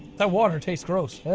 that water tastes gross